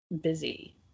busy